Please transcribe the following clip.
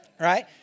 Right